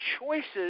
choices